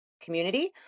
community